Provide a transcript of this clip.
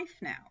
now